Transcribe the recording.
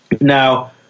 Now